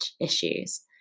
issues